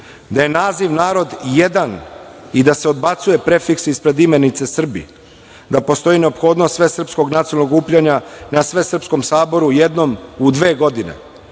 da je naziv „narod“ jedan i da se odbacuje prefiks ispred imenice Srbi;- da postoji neophodnost svesrpskog nacionalnog okupljanja na Svesrpskom saboru jednom u dve godine;-